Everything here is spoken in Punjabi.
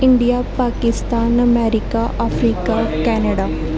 India Pakistan America Africa Canada